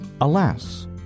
alas